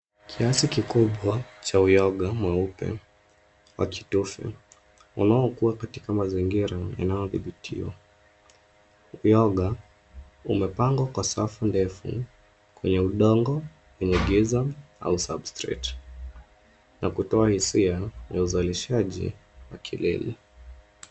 Kiasi kikubwa cha uyoga mweupe wa kitufe unaokuwa katika mazingira yanayodhibitiwa. Uyoga umepangwa kwa safu ndefu kwenye udongo wenye giza au substrate na kutoa hisia ya uzalishaji wa kilele.